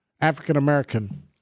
African-American